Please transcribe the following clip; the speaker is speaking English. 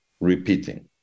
repeating